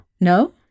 No